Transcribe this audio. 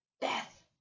Death